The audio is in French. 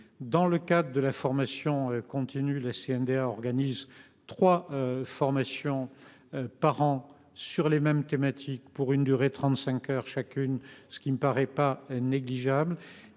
dans le cadre de la formation continue, la CNDA organise trois formations par an sur les mêmes thématiques, pour une durée de trente cinq heures chacune, ce qui ne me paraît pas négligeable.